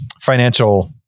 financial